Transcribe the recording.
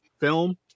Film